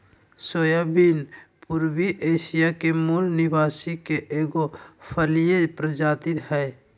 soybean पूर्वी Asia के मूल निवासी के एगो फलिय प्रजाति हइ